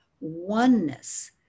oneness